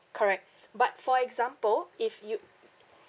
correct but for example if you